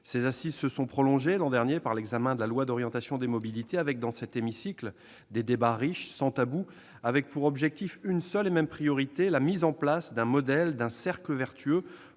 Ces assises se sont prolongées l'an dernier par l'examen de la loi d'orientation des mobilités. Il a donné lieu, dans cet hémicycle, à des débats riches, sans tabou, visant une seule et même priorité : la mise en place d'un modèle, d'un cercle vertueux